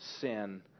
sin